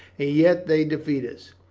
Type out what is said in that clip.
and yet they defeat us.